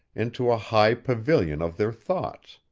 into a high pavilion of their thoughts,